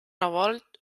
revolt